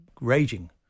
raging